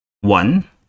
one